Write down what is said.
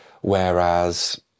Whereas